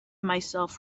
myself